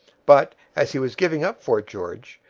but, as he was giving up fort george,